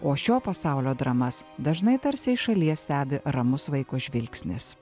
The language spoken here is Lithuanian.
o šio pasaulio dramas dažnai tarsi iš šalies stebi ramus vaiko žvilgsnis